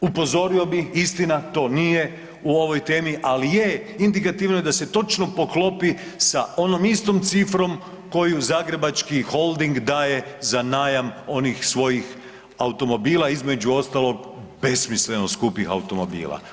Upozorio bih, istina to nije u ovoj temi, ali je indikativno da se točno poklopi sa onom istom cifrom koju Zagrebački holding daje za najam onih svojih automobila, između ostalog besmisleno skupih automobila.